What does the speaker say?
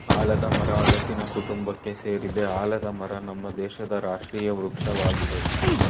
ಆಲದ್ ಮರ ಹಲ್ಸಿನ ಕುಟುಂಬಕ್ಕೆ ಸೆರಯ್ತೆ ಆಲದ ಮರ ನಮ್ ದೇಶದ್ ರಾಷ್ಟ್ರೀಯ ವೃಕ್ಷ ವಾಗಯ್ತೆ